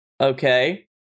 Okay